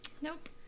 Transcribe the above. Nope